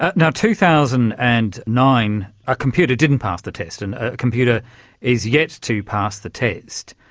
now two thousand and nine a computer didn't pass the test, and a computer is yet to pass the test.